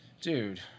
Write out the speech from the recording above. Dude